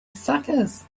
suckers